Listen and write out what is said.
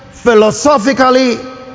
Philosophically